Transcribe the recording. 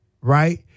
right